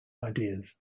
ideas